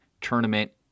tournament